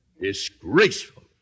Disgraceful